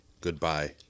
Goodbye